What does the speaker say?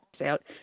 out